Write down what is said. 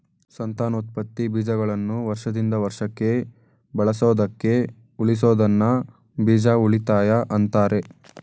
ಸಂತಾನೋತ್ಪತ್ತಿ ಬೀಜಗಳನ್ನು ವರ್ಷದಿಂದ ವರ್ಷಕ್ಕೆ ಬಳಸೋದಕ್ಕೆ ಉಳಿಸೋದನ್ನ ಬೀಜ ಉಳಿತಾಯ ಅಂತಾರೆ